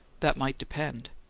that might depend.